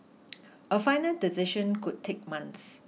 a final decision could take months